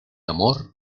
amor